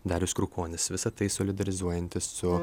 darius krukonis visa tai solidarizuojantis su